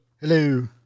Hello